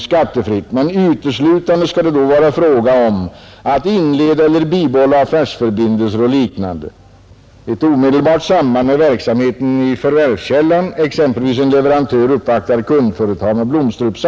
Sådana gåvor är alltså skattefria, men det måste finnas ”omedelbart samband mellan representationen och verksamheten i förvärvskällan”, exempelvis när en leverantör uppvaktar ett kundföretag med en blomsteruppsats.